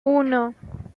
uno